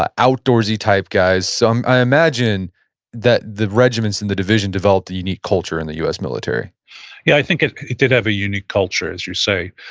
ah outdoorsy-type guys. i imagine that the regiments in the division developed a unique culture in the u s. military yeah, i think it it did have a unique culture, as you say.